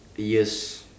a years